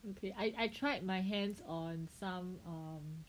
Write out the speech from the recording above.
okay I I tried my hands on some err